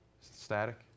Static